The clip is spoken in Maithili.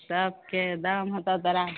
सबके दाम होतऽ तोरा